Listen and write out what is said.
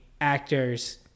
actors